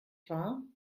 wahr